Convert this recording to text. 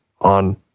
on